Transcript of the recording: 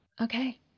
Okay